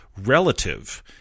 relative